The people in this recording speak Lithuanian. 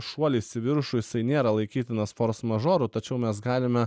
šuolis į viršų jisai nėra laikytinas fors mažoru tačiau mes galime